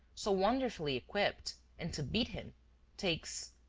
so wonderfully equipped and to beat him takes.